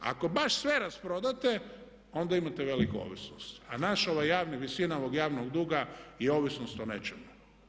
Ako baš sve rasprodate onda imate veliku ovisnost, a naš ovaj javni, visina ovog javnog duga je ovisnost o nečemu.